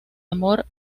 amor